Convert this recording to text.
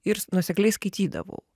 ir nuosekliai skaitydavau